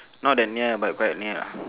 not that near but quite near ah